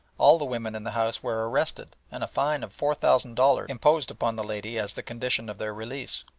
all the women in the house were arrested and a fine of four thousand dollars imposed upon the lady as the condition of their release.